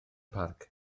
parc